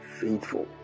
faithful